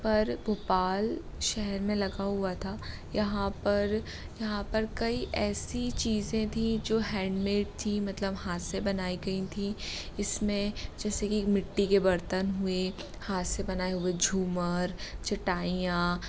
पर भोपाल शहर में लगा हुआ था यहाँ पर यहाँ पर कई ऐसी चीज़ें थीं जो हैंडमेड थीं मतलब हाथ से बनाई गई थीं इसमें जैसे कि मिट्टी के बर्तन हुए हाथ से बनाए हुए झूमर चटाइयाँ